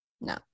No